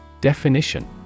Definition